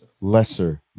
lesser